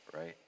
right